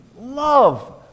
love